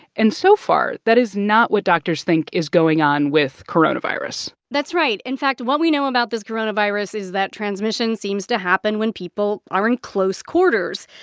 and so far, that is not what doctors think is going on with coronavirus that's right. in fact, what we know about this coronavirus is that transmission seems to happen when people are in close quarters.